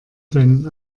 deinen